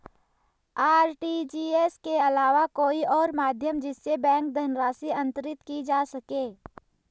RTGS के अलावा कोई और माध्यम जिससे बैंक धनराशि अंतरित की जा सके?